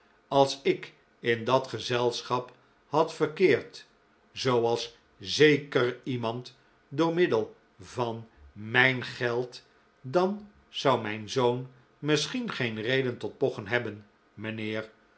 als ik in dat gezelschap had verkeerd zooals zeker iemand door middel van mijn geld dan zou mijn zoon misschien geen reden tot pochen hebben mijnheer